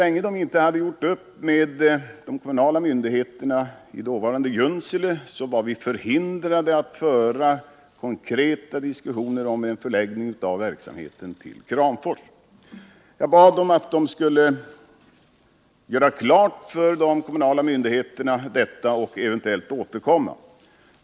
Därför meddelade jag Polarvagnens ledning att vi var förhindrade att föra konkreta diskussioner om en förläggning av verksamheten till Kramfors så länge den inte hade gjort upp med de kommunala myndigheterna i dåvarande Junsele. Jag bad företagsledningen göra detta klart för de kommunala myndigheterna och eventuellt återkomma.